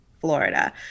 Florida